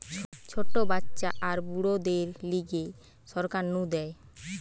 ছোট বাচ্চা আর বুড়োদের লিগে সরকার নু দেয়